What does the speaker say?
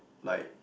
like